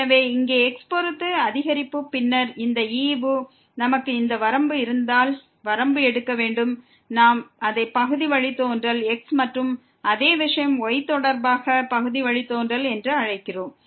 எனவே இங்கே x பொறுத்து எடுக்கப்பட்ட இந்த அதிகரிப்பு மற்றும் இந்த ஈவுக்கு நாம் வரம்பு இருந்தால் வரம்பு எடுக்க வேண்டும் நாம் அதை xஐ பொறுத்ததற்கான பகுதி வழித்தோன்றல் எனக் கூறுகிறோம் மற்றும் yஐ பொறுத்ததற்கான பகுதி வழித்தோன்றலுக்கு அதையே நாம் கூறுகிறோம்